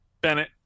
Bennett